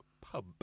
pub